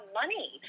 money